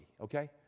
okay